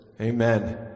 Amen